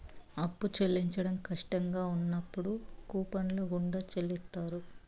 అప్పు చెల్లించడం కట్టంగా ఉన్నప్పుడు కూపన్ల గుండా చెల్లిత్తారు